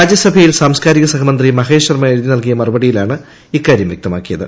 രാജ്യസഭയിൽ സാംസ്കാരിക സഹമന്ത്രി മഹേഷ് ശർമ്മ എഴുതി നൽകിയ മറുപടിയിലാണ് ഇക്കാര്യം വ്യക്തമാക്കിയത്